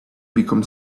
become